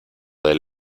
del